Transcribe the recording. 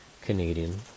Canadian